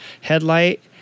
headlight